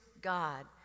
God